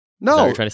No